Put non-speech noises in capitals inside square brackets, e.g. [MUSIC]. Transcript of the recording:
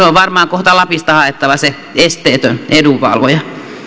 [UNINTELLIGIBLE] on varmaan kohta lapista haettava se esteetön edunvalvoja